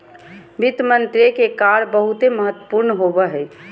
वित्त मंत्री के कार्य बहुते महत्वपूर्ण होवो हय